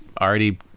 already